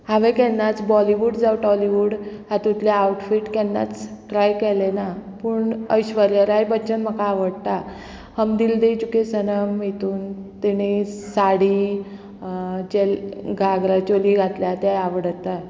हांवें केन्नाच बॉलीवूड जावं टॉलिवूड हातूंतलें आवटफीट केन्नाच ट्राय केलें ना पूण ऐश्वर्या राय बच्चन म्हाका आवडटा हम दील दे चुके सनम हेतून तिणें साडी जे घागरा चोली घातल्या ते आवडटा